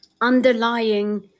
underlying